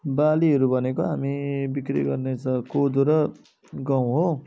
बालीहरू भनेको हामी बिक्री गर्ने त कोदो र गहुँ हो